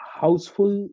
houseful